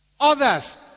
Others